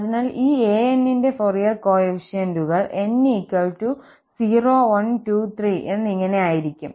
അതിനാൽ ഈ anന്റെ ഫൊറിയർ കോഎഫിഷ്യന്റുകൾ n 0123 എന്നിങ്ങനെ ആയിരിക്കും